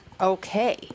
okay